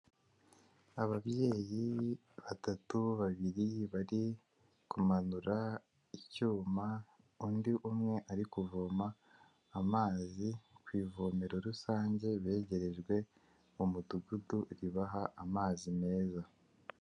Ababyeyi batatu babiri bari kumanura icyuma, undi umwe ari kuvoma amazi ku ivomero rusange begerejwe mu mudugudu ribaha amazi meza.